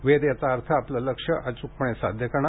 वेध याचा अर्थ आपले लक्ष अच्कपणे साध्य करणे